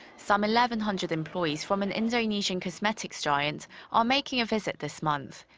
some eleven hundred employees from an indonesian cosmetics giant are making a visit this month.